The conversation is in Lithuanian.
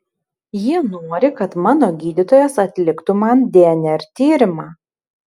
jie nori kad mano gydytojas atliktų man dnr tyrimą